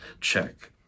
check